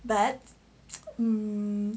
but um